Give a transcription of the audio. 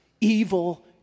evil